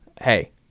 hey